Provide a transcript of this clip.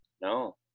No